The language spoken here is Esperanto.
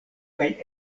kaj